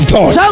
God